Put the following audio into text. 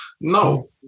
No